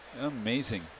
Amazing